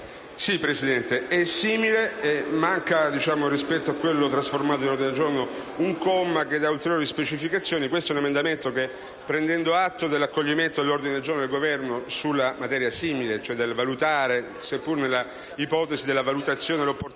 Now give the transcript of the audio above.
Presidente, è simile, ma manca, rispetto a quello trasformato in ordine del giorno, un comma che dà ulteriori specificazioni. Questo è un emendamento che, prendendo atto dell'accoglimento dell'ordine del giorno del Governo sulla materia, seppur nell'ipotesi della valutazione dell'opportunità